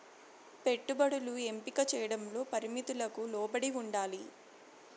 పెట్టుబడులు ఎంపిక చేయడంలో పరిమితులకు లోబడి ఉండాలి